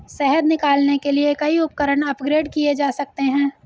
शहद निकालने के लिए कई उपकरण अपग्रेड किए जा सकते हैं